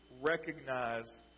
recognize